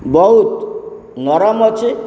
ବହୁତ ନରମ ଅଛି